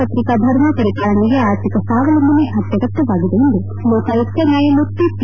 ಪತ್ರಿಕಾ ಧರ್ಮ ಪರಿಪಾಲನೆಗೆ ಆರ್ಥಿಕ ಸ್ವಾವಲಂಬನೆ ಅತ್ಯಗತ್ಥವಾಗಿದೆ ಎಂದು ಲೋಕಾಯುಕ್ತ ನ್ಯಾಯಮೂರ್ತಿ ಪಿ